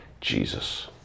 Jesus